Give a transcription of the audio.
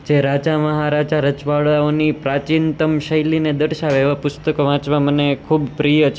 જે રાજા મહારાજા રજવાડાની પ્રાચીનતમ શૈલીને દર્શાવે એવા પુસ્તકો વાંચવા મને ખૂબ પ્રિય છે